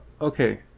okay